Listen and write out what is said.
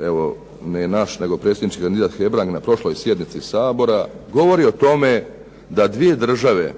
je rekao predsjednički kandidat Hebrang na prošloj sjednici Sabora, govori o tome da dvije države